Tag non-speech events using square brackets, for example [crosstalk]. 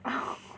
oh [laughs]